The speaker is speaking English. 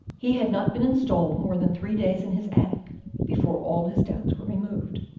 he had not been installed more than three days in his attic before all his doubts were removed.